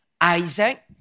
Isaac